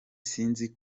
sinzi